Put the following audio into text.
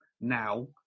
now